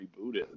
rebooted